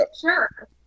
sure